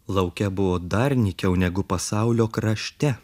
lauke buvo dar nykiau negu pasaulio krašte